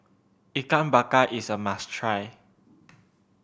Ikan Bakar is a must try